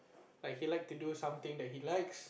like he like to do something that he likes